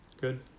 Good